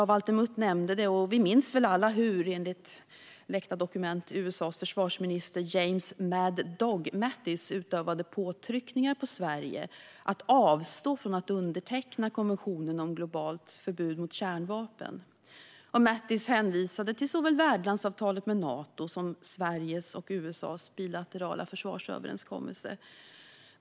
Valter Mutt nämnde det, och vi minns väl alla hur, enligt läckta dokument, USA:s försvarsminister James "Mad Dog" Mattis utövade påtryckningar på Sverige för att vi skulle avstå från att underteckna konventionen om globalt förbud mot kärnvapen. Mattis hänvisade till såväl värdlandsavtalet med Nato som Sveriges och USA:s bilaterala försvarsöverenskommelse.